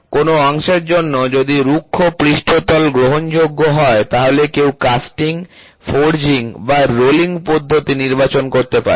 কোন অংশের জন্য যদি রুক্ষ পৃষ্ঠতল গ্রহণযোগ্য হয় তাহলে কেউ কাস্টিং ফোরজিং বা রোলিং পদ্ধতি নির্বাচন করতে পারে